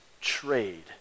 trade